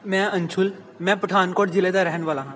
ਮੈਂ ਅੰਸ਼ੁਲ ਮੈਂ ਪਠਾਨਕੋਟ ਜ਼ਿਲ੍ਹੇ ਦਾ ਰਹਿਣ ਵਾਲਾ ਹਾਂ